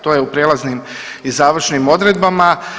To je u prijelaznim i završnim odredbama.